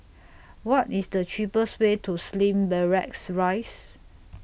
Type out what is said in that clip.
What IS The cheapest Way to Slim Barracks Rise